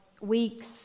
weeks